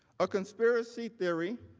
a conspiracy theory,